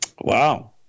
Wow